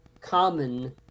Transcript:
common